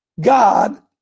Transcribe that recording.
God